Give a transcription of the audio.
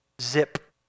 zip